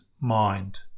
mind